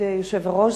כבוד היושב-ראש,